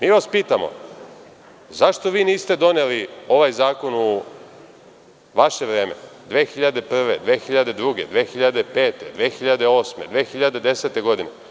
Mi vas pitamo - zašto vi niste doneli ovaj zakon u vaše vreme 2001, 2002, 2005, 2008, 2010. godine?